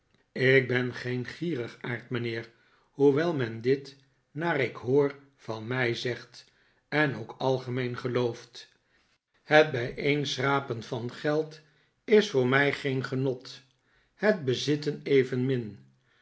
ik ben geen gierigaard mijnheer hoewel men dit naar ik hoor van mij zegt en ook algemeen gelooft het bijeenschrapen van geld is voor mij geen genot het bezitten evenmin